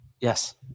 Yes